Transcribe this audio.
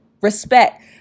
respect